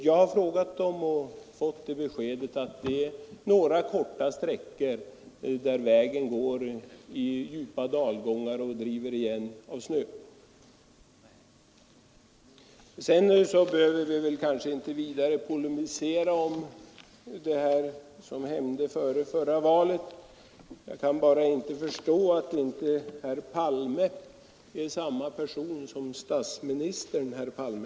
Jag har frågat dem och fått det beskedet att det gäller några korta sträckor, där vägen går i djupa dalgångar, som brukar täppas till av drivsnö. Jag behöver sedan kanske inte vidare polemisera om det som hände före förra valet. Jag kan bara inte förstå att partiordföranden herr Palme inte är samma person som statsministern herr Palme.